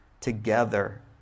together